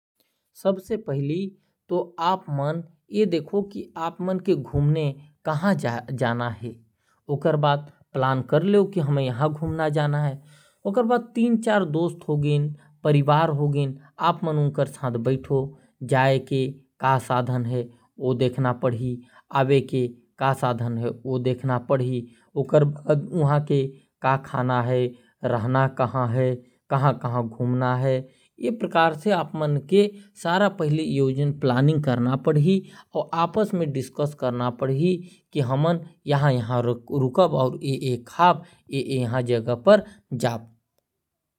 सबसे पहले तो ये देखा कि घूमे कहा जाना है। दोस्त यार और परिवार से बात कर लेना चाही कि कहा घूमे जाना है । आए जाए के साधन देखना पढ़ी। खाना का है रहना कहा है घूमना कहा है ये सब के प्लान पहले करना पढ़ी।